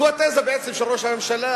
זו התזה של ראש הממשלה,